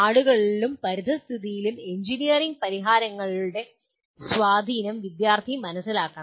ആളുകളിലും പരിസ്ഥിതിയിലും എഞ്ചിനീയറിംഗ് പരിഹാരങ്ങളുടെ സ്വാധീനം വിദ്യാർത്ഥി മനസ്സിലാക്കണം